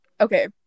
okay